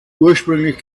ursprünglich